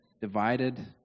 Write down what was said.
divided